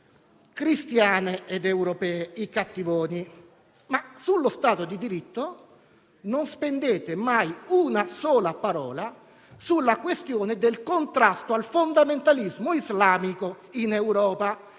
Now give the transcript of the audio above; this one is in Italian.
cristiane ed europee. Per quanto riguarda lo Stato di diritto non spendete mai una sola parola in ordine alla questione del contrasto al fondamentalismo islamico in Europa.